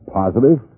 positive